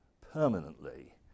permanently